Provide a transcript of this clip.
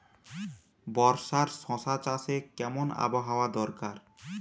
বর্ষার শশা চাষে কেমন আবহাওয়া দরকার?